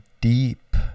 deep